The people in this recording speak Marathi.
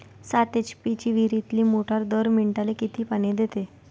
सात एच.पी ची विहिरीतली मोटार दर मिनटाले किती पानी देते?